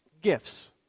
gifts